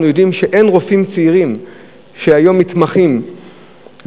אנחנו יודעים שאין היום רופאים צעירים שמתמחים בנושא.